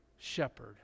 shepherd